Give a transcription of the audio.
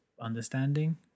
understanding